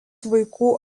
vaikų